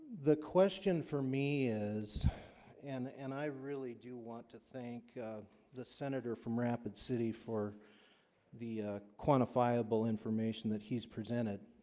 the question for me is and and i really do want to thank the senator from rapid city for the quantifiable information that he's presented